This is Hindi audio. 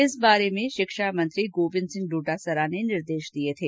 इस बारे मेंशिक्षा मंत्री गोविन्द सिंह डोटासरा ने निर्देश दिए थे